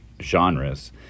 genres